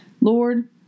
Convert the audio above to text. Lord